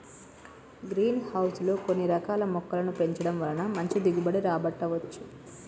green house లో కొన్ని రకాల మొక్కలను పెంచడం వలన మంచి దిగుబడి రాబట్టవచ్చు